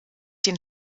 den